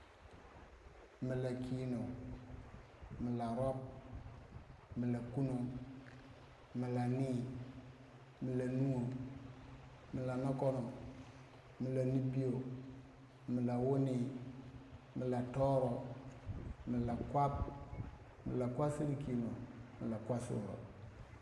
Mila kinon. mila rob, mila kunon, mila nii, mila nuwa, mila nokono, mila nibiyoh, mila wuni, mila, toro, mila kwap, mila kwap sir kino, mila kwap sir rop.